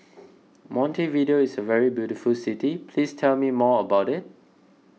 Montevideo is a very beautiful city please tell me more about it